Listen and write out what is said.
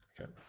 Okay